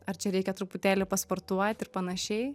ar čia reikia truputėlį pasportuoti ir panašiai